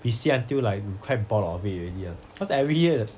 we see until like quite bored of it already uh cause every year